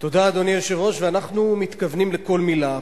אדוני היושב-ראש, תודה, ואנחנו מתכוונים לכל מלה.